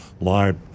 live